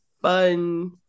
fun